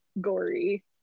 gory